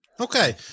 okay